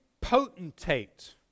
potentate